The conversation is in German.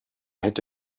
hätte